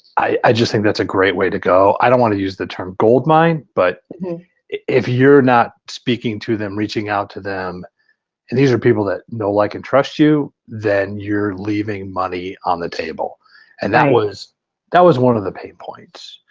i think just a great way to go. i don't want to use the term goldmine but if you're not speaking to them, reaching out to them and these are people that know, like and trust you then you're leaving money on the table and that was that was one of the pain points.